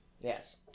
Yes